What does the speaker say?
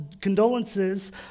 condolences